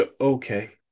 Okay